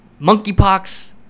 Monkeypox